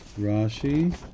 Rashi